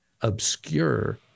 obscure